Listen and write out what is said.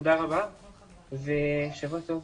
תודה רבה ושבוע טוב.